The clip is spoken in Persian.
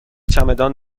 چمدان